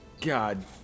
God